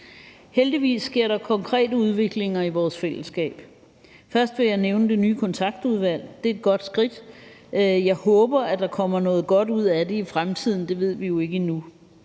Heldigvis sker der konkrete udviklinger i vores fællesskab. Først vil jeg nævne det nye kontaktudvalg. Det er et godt skridt. Jeg håber, at der kommer noget godt ud af det i fremtiden; det ved vi jo ikke endnu.